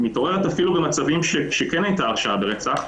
היא מתעוררת אפילו במצבים שבהם כן הייתה הרשעה ברצח,